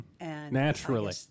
naturally